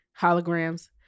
holograms